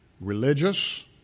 Religious